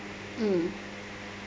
mm